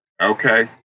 Okay